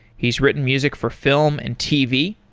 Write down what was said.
he's written music for film and tv.